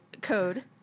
code